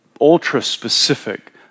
ultra-specific